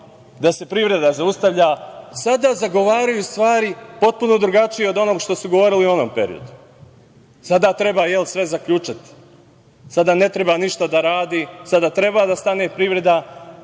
da se privreda zaustavlja. Sada zagovaraju stvari potpuno drugačije od onoga što su govorili u onom periodu. Dakle, sada treba sve zaključati, sada ne treba ništa da radi, sada treba da stane privreda